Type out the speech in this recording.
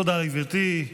תודה לגברתי.